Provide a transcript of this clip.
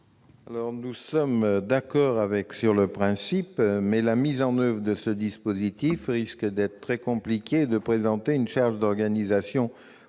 ? Nous sommes d'accord sur le principe, mais la mise en oeuvre de ce dispositif risque d'être très compliquée et de représenter une charge considérable